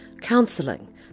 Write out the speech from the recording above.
counselling